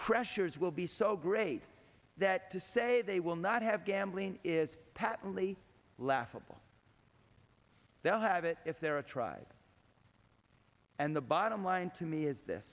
pressures will be so great that to say they will not have gambling is patently laughable they will have it if they are tried and the bottom line to me is th